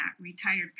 retired